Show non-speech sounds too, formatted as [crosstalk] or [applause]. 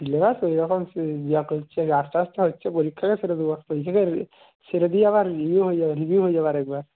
syllabus ওইরকম [unintelligible] ইয়ে করছে আস্তে আস্তে হচ্ছে পরীক্ষাটা সেরে দেবো [unintelligible] ছেড়ে দিয়ে আবার ইয়ে হয়ে যাবে রিভিউ হয়ে যাবে আরেকবার